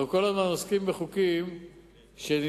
אנחנו כל הזמן עוסקים בחוקים שנדחים,